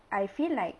I feel like